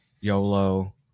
YOLO